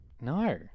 No